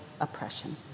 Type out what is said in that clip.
oppression